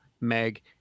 Meg